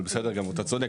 אבל בסדר גמור, אתה צודק.